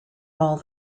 all